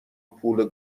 پول